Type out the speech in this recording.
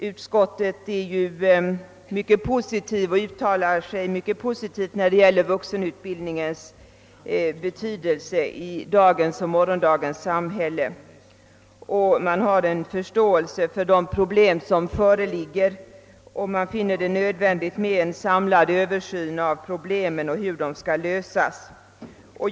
Utskottet uttalar sig ju mycket posi tivt i fråga om vuxenutbildningens betydelse i dagens och morgondagens samhälle. Man har förståelse för de problem som föreligger här, och man finner det nödvändigt med en samlad översyn av problemen och hur de skall lösas.